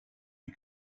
des